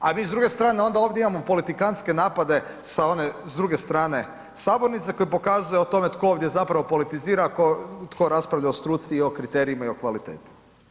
A mi s druge strane onda ovdje imamo politikantske napade sa one druge strane sabornice koje pokazuju o tome tko ovdje zapravo politizira, a to raspravlja o struci i o kriterijima i o kvaliteti.